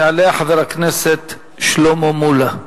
יעלה חבר הכנסת שלמה מולה.